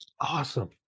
Awesome